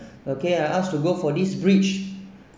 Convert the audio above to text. okay and I asked to go for this bridge